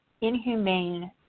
inhumane